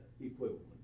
equivalent